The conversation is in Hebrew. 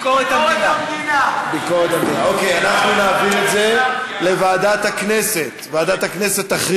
אושרה בקריאה ראשונה ותועבר לדיון בוועדת החוץ והביטחון,